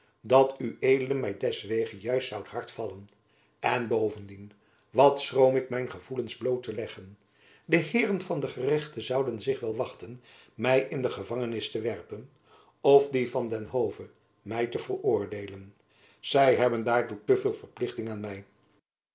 dat ued my deswege juist zoudt hard vallen en bovendien wat schroom ik mijn gevoelens bloot te leggen de heeren van den gerechte zouden zich wel wachten my in de gevangenis te werpen of die van den hove my te veroordeelen zy hebben daartoe te veel verplichting aan